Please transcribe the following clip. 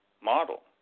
model